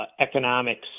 economics